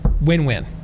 Win-win